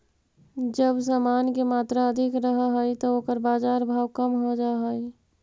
जब समान के मात्रा अधिक रहऽ हई त ओकर बाजार भाव कम हो जा हई